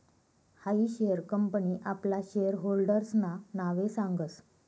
हायी share company आपला share होल्डर्सना नावे सांगस